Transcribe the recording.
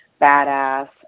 badass